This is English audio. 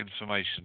information